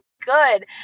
good